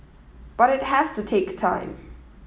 but it has to take time